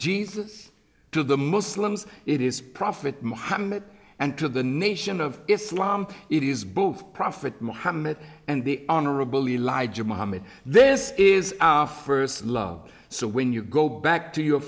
jesus to the muslims it is prophet mohammed and to the nation of islam it is both prophet mohammed and the honorable elijah mohammed this is our first love so when you go back to your